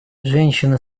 женщины